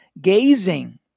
gazing